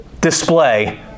display